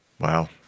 Wow